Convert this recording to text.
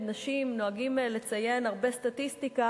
נשים נוהגים הרבה פעמים לציין סטטיסטיקה,